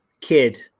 kid